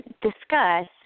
discuss